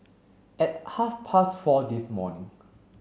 at half past four this morning